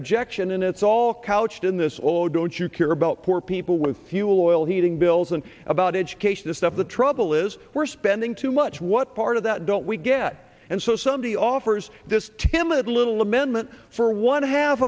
objection and it's all couched in this all don't you care about poor people with fuel oil heating bills and about education stuff the trouble is we're spending too much what part of that don't we get and so somebody offers this timid little amendment for one half